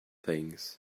things